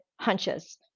hunches